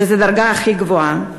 שזו הדרגה הכי גבוהה.